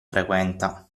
frequenta